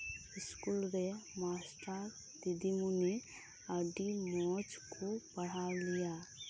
ᱟᱞᱮ ᱤᱥᱠᱩᱞ ᱨᱮ ᱢᱟᱥᱴᱟᱨ ᱫᱤᱫᱤᱢᱚᱱᱤ ᱟᱹᱰᱤ ᱢᱚᱸᱡ ᱠᱚ ᱯᱟᱲᱦᱟᱣ ᱞᱮᱭᱟ